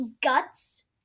guts